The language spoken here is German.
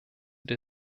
der